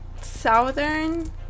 southern